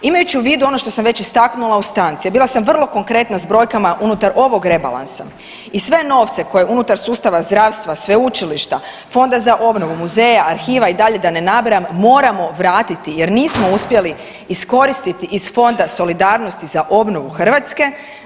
Imajući u vidu ono što sam već istaknula u stanci, a bila sam vrlo konkretna s brojkama unutar ovog rebalansa i sve novce koje unutar sustava zdravstva, sveučilišta, Fonda za obnovu, muzeja, arhiva i dalje da ne nabrajam moramo vratiti jer nismo uspjeli iskoristiti iz Fonda solidarnosti za obnovu Hrvatske.